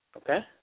Okay